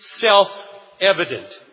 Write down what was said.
self-evident